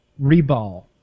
Reball